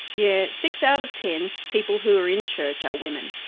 yeah six out of ten people who are in church are women.